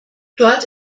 dort